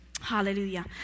Hallelujah